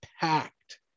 packed